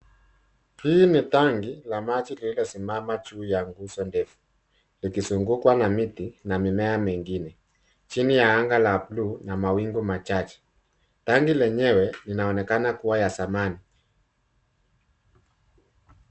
Hii ni tangi la maji lililosimama juu ya nguzo ndefu ikizungukwa na miti na mimea mingine, chini ya anga la buluu na mawingu machache. Tangi lenyewe linaonekana kuwa ya zamani.